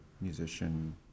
musician